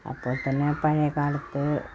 അപ്പോൾ തന്നെ പഴയ കാലത്ത്